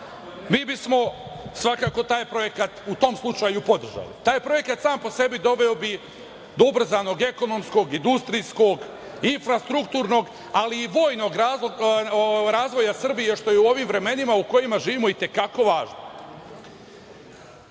mi bismo svakako taj projekat u tom slučaju podržali. Taj projekat sam po sebi doveo bi do ubrzanog ekonomskog industrijskog i strukturnog, ali i vojnog razvoja Srbije, što je u ovim vremenima u kojima živimo i te kako